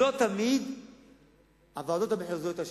לא תמיד הוועדות המחוזיות אשמות,